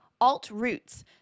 Altroots